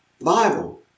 Bible